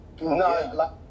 No